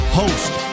host